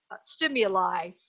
stimuli